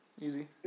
Easy